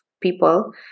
people